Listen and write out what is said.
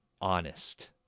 honest